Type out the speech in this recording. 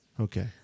Okay